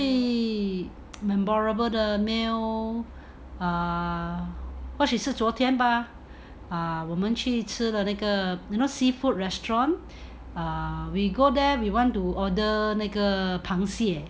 最 memorable the meal uh 或许是昨天吧 ah 我们去吃的那个 you know seafood restaurant err we go there we want to order 那个螃蟹